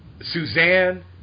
Suzanne